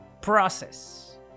process